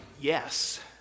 Yes